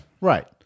right